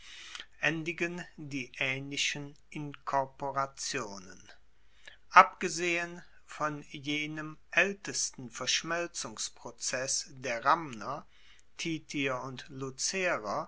endigen die aehnlichen inkorporationen abgesehen von jenem aeltesten verschmelzungsprozess der ramner titier und